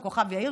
של כוכב יאיר,